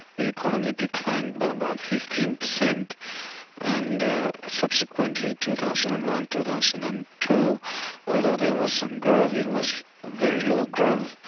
the economy declined by about um um fifteen percent and subsequently two thousand and one two thousand and two although there was some growth, it was very low growth.